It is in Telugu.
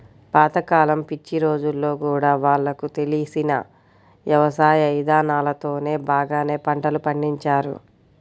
పాత కాలం పిచ్చి రోజుల్లో గూడా వాళ్లకు తెలిసిన యవసాయ ఇదానాలతోనే బాగానే పంటలు పండించారు